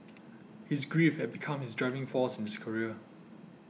his grief had become his driving force in his career